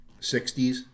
60s